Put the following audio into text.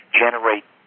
generate